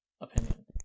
opinion